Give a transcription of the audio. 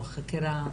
או חקירה,